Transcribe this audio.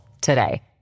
today